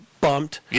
bumped